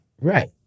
Right